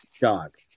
dog